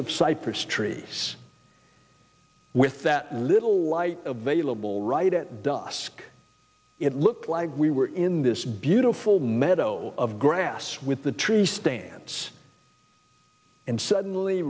of cypress trees with that little light of a lable right at dusk it looked like we were in this beautiful meadow of grass with the trees stance and suddenly